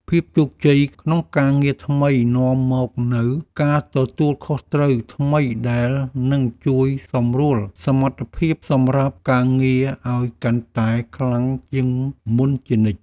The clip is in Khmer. ភាពជោគជ័យក្នុងការងារថ្មីនាំមកនូវការទទួលខុសត្រូវថ្មីដែលនឹងជួយសម្រួលសមត្ថភាពសម្រាប់ការងារឱ្យកាន់តែខ្លាំងជាងមុនជានិច្ច។